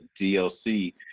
DLC